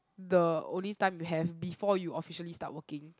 the only time you have before you officially start working